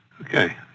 Okay